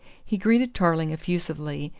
he greeted tarling effusively,